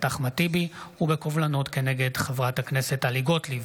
אחמד טיבי וקובלנות כנגד חברת הכנסת טלי גוטליב,